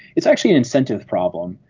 it's actually an incentive problem.